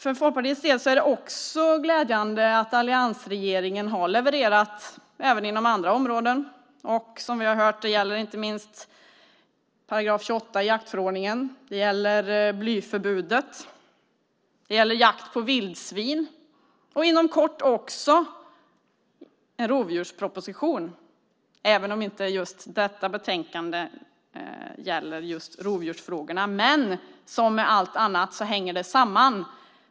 För Folkpartiet är det också glädjande att alliansregeringen har levererat även inom andra områden. Som vi har hört gäller det inte minst § 28 i jaktförordningen, blyförbudet och jakt på vildsvin. Inom kort kommer också en rovdjursproposition att läggas fram, även om inte just detta betänkande gäller just rovdjursfrågorna. Men allt detta hänger samman.